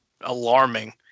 alarming